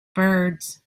birds